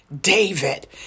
David